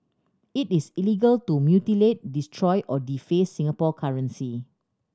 it is illegal to mutilate destroy or deface Singapore currency